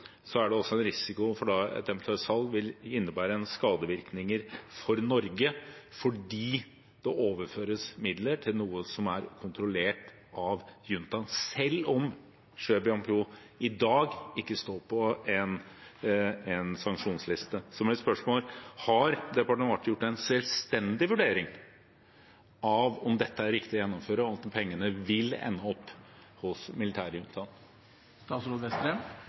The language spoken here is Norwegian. er det en risiko for at et eventuelt salg vil innebære skadevirkninger for Norge, fordi det overføres midler til noe som er kontrollert av juntaen, selv om Shwe Byain Phyu i dag ikke står på en sanksjonsliste. Har departementet gjort en selvstendig vurdering av om dette er riktig å gjennomføre, og av om pengene vil ende opp hos